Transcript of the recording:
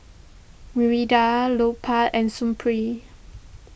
Mirinda Lupark and Supreme